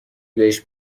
بهش